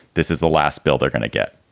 this is the last bill they're going to get.